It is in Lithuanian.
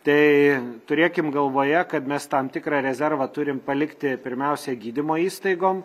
tai turėkim galvoje kad mes tam tikrą rezervą turim palikti pirmiausia gydymo įstaigom